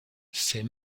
ces